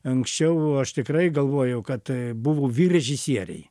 anksčiau aš tikrai galvojau kad buvo vyr režisieriai